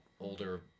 Older